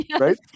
Right